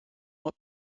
what